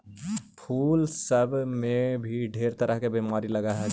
फूल सब में भी ढेर तरह के बीमारी लग जा हई